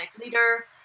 leader